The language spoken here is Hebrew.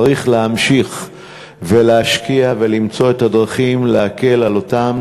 צריך להמשיך ולהשקיע ולמצוא את הדרכים להקל על אותן